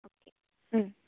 okay മ്